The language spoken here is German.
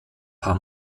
paar